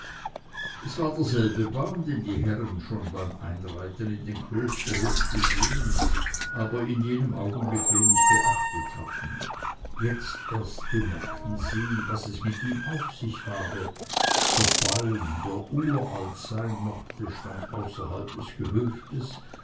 es war derselbe baum den die herren schon beim einreiten in den klosterhof gesehen aber in jenem augenblick wenig beachtet hatten jetzt erst bemerkten sie was es mit ihm auf sich habe der baum der uralt sein mochte stand außerhalb des gehöftes